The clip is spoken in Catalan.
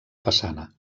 façana